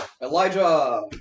Elijah